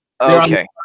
okay